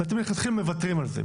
ואתם מלכתחילה מוותרים על זה.